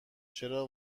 چرا